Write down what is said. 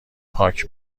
پاک